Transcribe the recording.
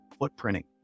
footprinting